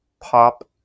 Pop